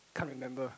can't remember